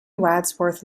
wadsworth